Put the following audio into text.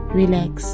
relax